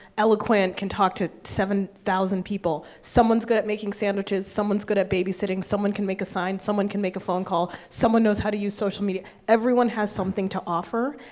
eloquent, can talk to seven thousand people. someone's good at making sandwiches. someone's good at babysitting. someone can make a sign. someone can make a phone call. someone knows how to use social media. everyone has something to offer.